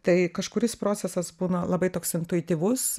tai kažkuris procesas būna labai toks intuityvus